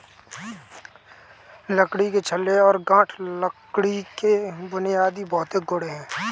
लकड़ी के छल्ले और गांठ लकड़ी के बुनियादी भौतिक गुण हैं